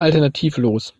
alternativlos